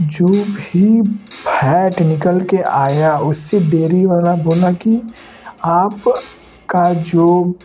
जो भी फैट निकल कर आया उससे डेरी वाला बोला कि आपका जो